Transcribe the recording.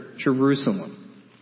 Jerusalem